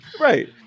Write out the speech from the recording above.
Right